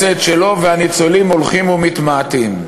עושה את שלו והניצולים הולכים ומתמעטים.